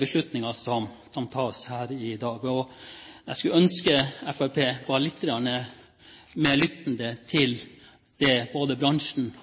beslutninger som tas her i dag. Jeg skulle ønske Fremskrittspartiet var litt mer lyttende til det bransjen